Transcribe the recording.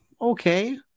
okay